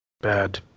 Bad